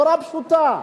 נורא פשוטה.